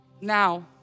Now